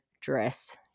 dress –